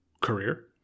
career